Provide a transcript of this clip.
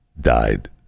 died